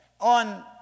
on